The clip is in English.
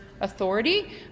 authority